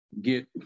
get